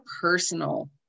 personal